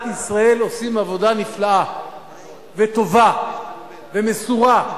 ישראל עושים עבודה נפלאה וטובה ומסורה.